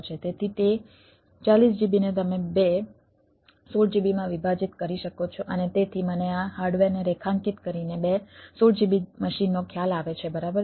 તેથી તે 40GB ને તમે બે 16GB માં વિભાજીત કરી શકો છો અને તેથી મને આ હાર્ડવેરને રેખાંકિત કરીને બે 16 GB મશીનનો ખ્યાલ આવે છે બરાબર